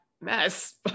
mess